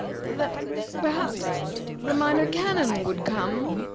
that perhaps the minor canon would come.